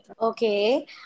okay